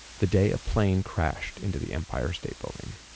the day a plane crashed into the empire state building.